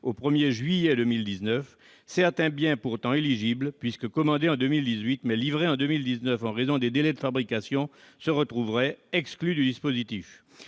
au 1 juillet 2019, certains biens pourtant éligibles, puisque commandés en 2018, mais livrés en 2019 en raison des délais de fabrication, se retrouveraient exclus du dispositif.